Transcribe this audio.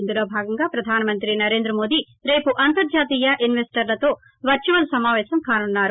ఇందులో భాగంగా ప్రధానమంత్రి నరేంద్ర మోదీ రేపు అంతర్హతీయ ఇస్వెస్టర్లతో వర్సువల్గా సమాపేశం కానున్నారు